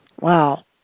Wow